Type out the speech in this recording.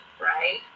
right